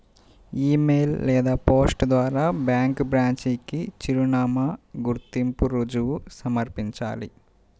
ఇ mail లేదా post ద్వారా bank branch కి చిరునామా, గుర్తింపు రుజువు సమర్పించాలి